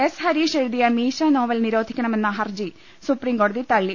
S Harish എഴുതിയ Meesha novel നിരോധിക്കണമെന്ന ഹർജി സുപ്രീംകോടതി തള്ളി